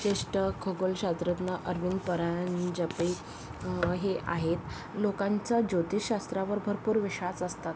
ज्येष्ठ खगोल शात्रज्ञ अरविंद परांजपे हे आहे लोकांचा ज्योतिषशास्त्रावर भरपूर विश्वास असतात